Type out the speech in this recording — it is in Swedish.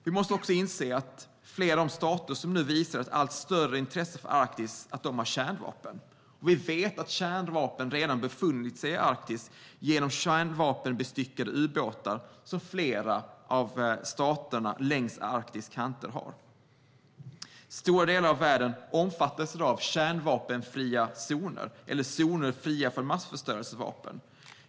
Vi måste också inse att flera av de stater som nu visar ett allt större intresse för Arktis har kärnvapen. Vi vet att kärnvapen redan har befunnit sig i Arktis genom kärnvapenbestyckade ubåtar, som flera av staterna längs Arktis kanter har. Stora delar av världen omfattas i dag av kärnvapenfria zoner, eller zoner fria från massförstörelsevapen.